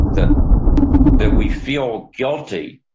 that that we feel guilty,